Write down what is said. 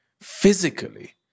Physically